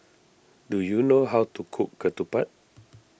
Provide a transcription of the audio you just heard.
do you know how to cook Ketupat